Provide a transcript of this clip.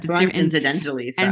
incidentally